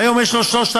והיום יש לו 3,140,